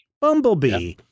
Bumblebee